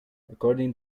according